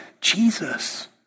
Jesus